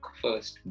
first